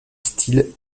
style